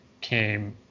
came